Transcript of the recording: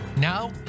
Now